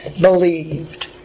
believed